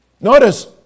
Notice